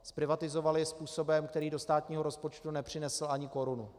Zprivatizoval ji způsobem, který do státního rozpočtu nepřinesl ani korunu.